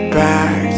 back